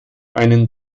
einen